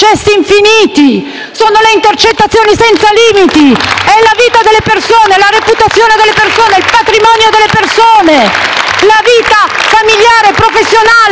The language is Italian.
sono le intercettazioni senza limiti; è la vita delle persone, è la reputazione delle persone, è il patrimonio delle persone, è la vita familiare, professionale, reputazionale